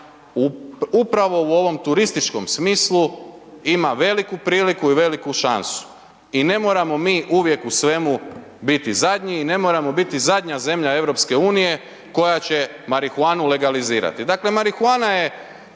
upravo u ovom turističkom smislu ima veliku priliku i veliku šansu i ne moramo mi uvijek u svemu biti zadnji i ne moramo biti zadnja zemlja EU koja će marihuanu legalizirati. Dakle, marihuana je